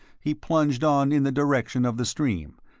he plunged on in the direction of the stream,